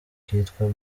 kitwa